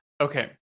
Okay